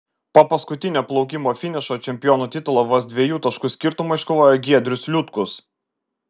po paskutinio plaukimo finišo čempiono titulą vos dviejų taškų skirtumu iškovojo giedrius liutkus